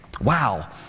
wow